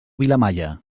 vilamalla